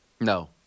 No